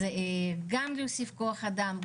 אז גם להוסיף כוח אדם,